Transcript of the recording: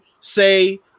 say